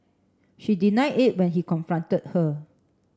she denied it when he confronted her